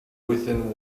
within